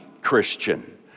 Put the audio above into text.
Christian